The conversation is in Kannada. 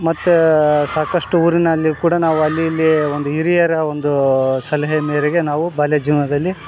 ಮತ್ತು ಸಾಕಷ್ಟು ಊರಿನಲ್ಲಿಯೂ ಕೂಡ ನಾವು ಅಲ್ಲಿ ಇಲ್ಲಿ ಒಂದು ಹಿರಿಯರ ಒಂದು ಸಲಹೆ ಮೇರೆಗೆ ನಾವು ಬಾಲ್ಯ ಜೀವನದಲ್ಲಿ